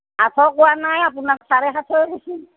আঠশ কোৱা নাই আপোনাক চাৰে সাতশই কৈছোঁ